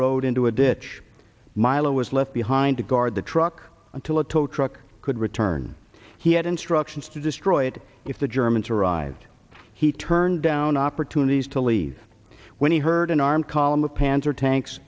road into a ditch milo was left behind to guard the truck until a tow truck could return he had instructions to destroy it if the germans arrived he turned down opportunities to leave when he heard an armed column of panzer tanks